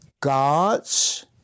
God's